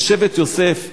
שבט יוסף,